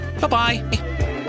Bye-bye